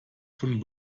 von